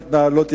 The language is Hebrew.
מתנהלות,